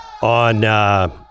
on